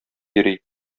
йөри